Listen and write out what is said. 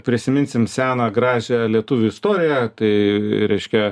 prisiminsim seną gražią lietuvių istoriją tai reiškia